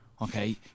okay